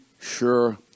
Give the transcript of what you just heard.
sure